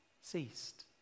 ceased